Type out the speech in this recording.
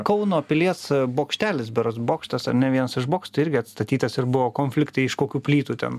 kauno pilies bokštelis berods bokštas ar ne vienas iš bokštų irgi atstatytas ir buvo konfliktai iš kokių plytų ten